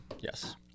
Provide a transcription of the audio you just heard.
Yes